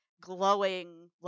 glowing